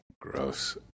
Gross